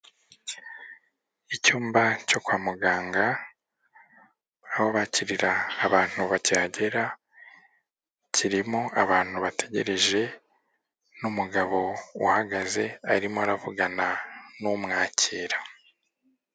Icyumba cyo kwa muganga aho bakirira abantu bakihagera, kirimo abantu bategereje n'umugabo uhagaze arimo aravugana n'umwakira.